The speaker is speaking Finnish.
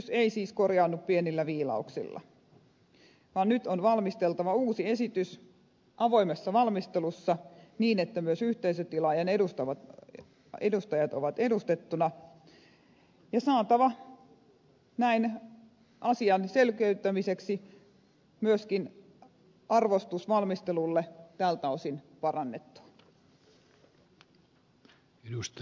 lakiesitys ei siis korjaannu pienillä viilauksilla vaan nyt on valmisteltava uusi esitys avoimessa valmistelussa niin että myös yhteisötilaajan edustajat ovat edustettuina ja saatava näin asian selkeyttämiseksi myöskin arvostus valmistelulle tältä osin parannettua